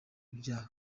bya